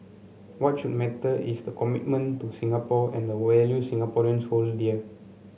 what should matter is the commitment to Singapore and the values Singaporeans hold dear